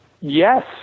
Yes